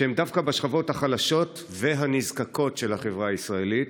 שהם דווקא בשכבות החלשות והנזקקות של החברה הישראלית,